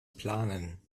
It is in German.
planen